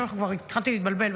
התחלתי להתבלבל,